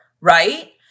right